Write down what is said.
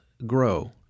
grow